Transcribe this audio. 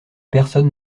personne